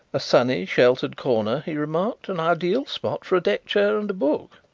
a sunny, sheltered corner, he remarked. an ideal spot for deck-chair and a book.